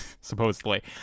supposedly